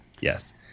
yes